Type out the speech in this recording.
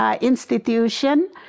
institution